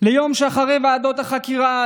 ליום שאחרי ועדות החקירה,